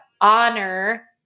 honor